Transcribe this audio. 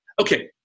okay